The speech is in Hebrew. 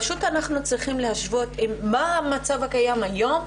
פשוט אנחנו צריכים להשוות מה המצב הקיים היום,